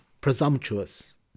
presumptuous